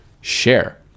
share